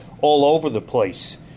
all-over-the-place